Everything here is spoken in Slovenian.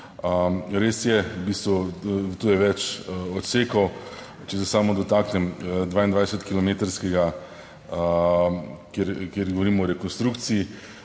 bistvu tu je več odsekov, če se samo dotaknem 22 kilometrskega, kjer govorimo o rekonstrukciji,